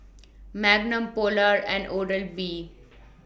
Magnum Polar and Oral B